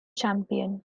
champion